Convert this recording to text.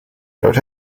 dirt